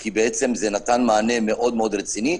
כי זה נתן מענה מאוד רציני.